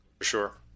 Sure